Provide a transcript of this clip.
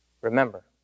remember